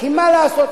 כי מה לעשות,